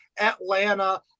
Atlanta